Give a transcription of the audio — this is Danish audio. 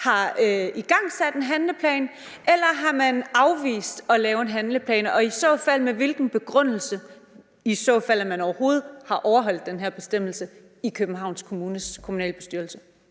har igangsat en handleplan, eller har man afvist at lave en handleplan og i så fald med hvilken begrundelse – hvis man overhovedet har overholdt den her bestemmelse i Københavns Kommune? Kl. 11:11 Fjerde